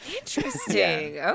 Interesting